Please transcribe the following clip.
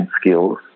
skills